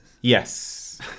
Yes